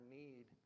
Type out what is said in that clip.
need